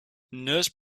nurse